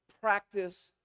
practice